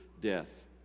death